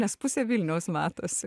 nes pusė vilniaus matosi